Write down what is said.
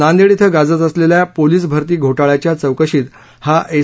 नांदेड येथे गाजत असलेल्या पोलीस भरती घोटाळ्याच्या चौकशीत हा एस